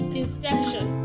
inception